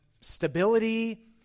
stability